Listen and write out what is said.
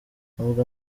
nubwo